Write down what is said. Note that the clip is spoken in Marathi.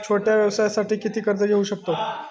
छोट्या व्यवसायासाठी किती कर्ज घेऊ शकतव?